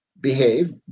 behave